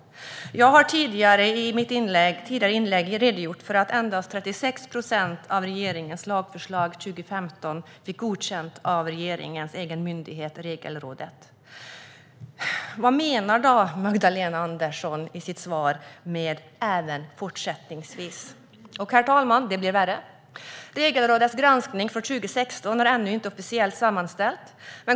Jag har i mitt tidigare inlägg redogjort för att endast 36 procent av regeringens lagförslag 2015 fick godkänt av regeringens egen myndighet Regelrådet. Vad menar då Magdalena Andersson i sitt svar med "även fortsättningsvis"? Och, herr talman, det blir värre. Regelrådets granskning för 2016 är ännu inte officiellt sammanställd.